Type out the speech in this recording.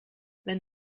wenn